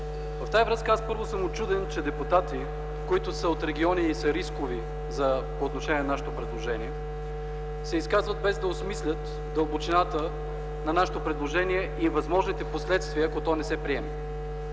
В тази връзка аз, първо, съм учуден, че депутати, които са от региони и са рискови по отношение на нашето предложение, се изказват, без да осмислят дълбочината на нашето предложение и възможните последствия, ако то не се приеме.